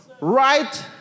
right